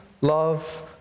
love